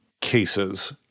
cases